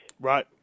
Right